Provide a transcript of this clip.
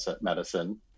medicine